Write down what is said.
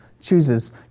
chooses